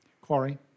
quarry